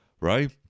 right